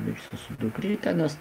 liksiu su dukryte nes